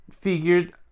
figured